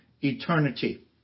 eternity